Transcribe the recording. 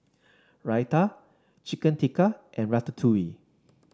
Raita Chicken Tikka and Ratatouille